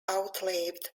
outlawed